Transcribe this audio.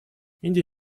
индия